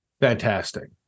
Fantastic